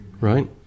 right